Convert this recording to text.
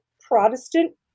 Protestant